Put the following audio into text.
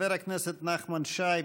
חבר הכנסת נחמן שי,